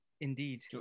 indeed